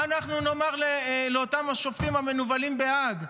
מה אנחנו נאמר לאותם השופטים המנוולים בהאג?